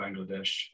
Bangladesh